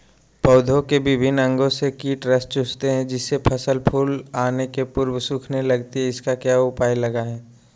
पौधे के विभिन्न अंगों से कीट रस चूसते हैं जिससे फसल फूल आने के पूर्व सूखने लगती है इसका क्या उपाय लगाएं?